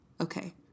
Okay